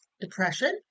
depression